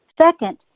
Second